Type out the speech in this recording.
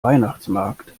weihnachtsmarkt